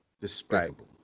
Despicable